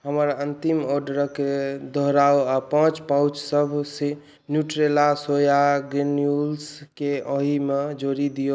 हमर अन्तिम ऑडरके दोहराउ आओर पाँच पाउचसब न्यूट्रेला सोया ग्रेन्यूल्सके ओहिमे जोड़ि दिऔ